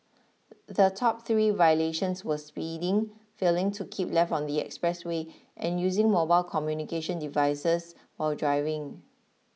the top three violations were speeding failing to keep left on the expressway and using mobile communications devices while driving